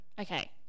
Okay